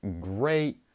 great